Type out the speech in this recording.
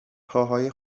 پاهای